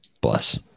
Bless